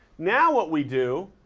now what we do,